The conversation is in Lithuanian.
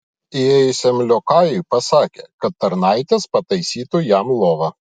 įėjusiam liokajui pasakė kad tarnaitės pataisytų jam lovą